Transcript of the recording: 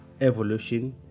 evolution